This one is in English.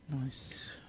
Nice